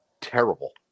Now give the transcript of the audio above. terrible